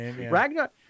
Ragnar